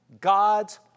God's